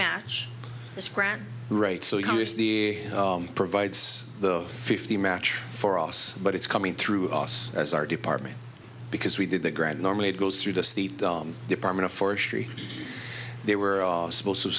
match this grant rate so how is the provides the fifty match for us but it's coming through us as our department because we did the ground normally it goes through the state department of forestry they were all supposed to